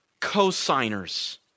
cosigners